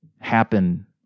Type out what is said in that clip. happen